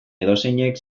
edozeinek